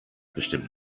bestimmt